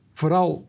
vooral